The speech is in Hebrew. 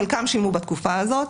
חלקם שילמו בתקופה הזאת.